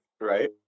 Right